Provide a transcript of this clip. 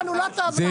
בדיוק.